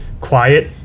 quiet